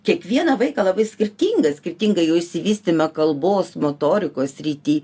kiekvieną vaiką labai skirtingą skirtingą jų išsivystymo kalbos motorikos srity